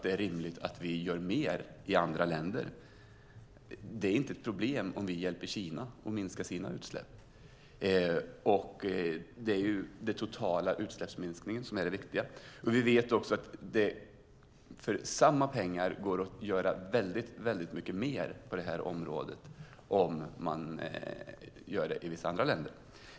Det är inte ett problem om vi hjälper Kina att minska sina utsläpp. Det är den totala utsläppsminskningen som är viktig. Vi vet att det går att göra mer för samma pengar om det görs i andra länder.